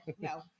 No